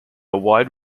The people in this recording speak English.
wide